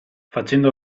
facendo